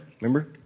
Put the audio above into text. Remember